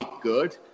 good